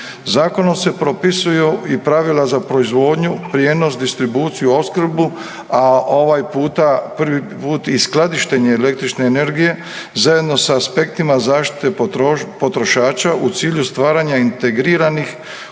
Zakonom se propisuju i pravila za proizvodnju, prijenos, distribuciju, opskrbu, a ovaj puta prvi put i skladištenje električne energije zajedno s aspektima zaštite potrošača u cilju stvaranja integriranih,